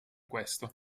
questo